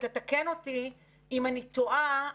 ותתקן אותי אם אני טועה,